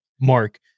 mark